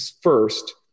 first